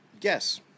Guess